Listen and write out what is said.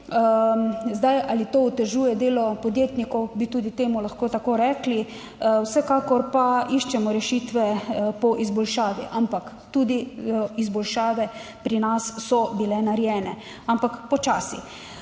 Zdaj, ali to otežuje delo podjetnikov? Bi tudi temu lahko tako rekli. Vsekakor pa iščemo rešitve po izboljšavi, ampak tudi izboljšave pri nas so bile narejene, ampak počasi.